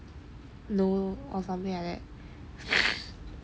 know or something like that